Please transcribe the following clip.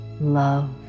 love